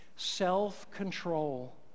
Self-control